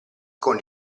con